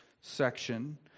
section